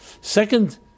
Second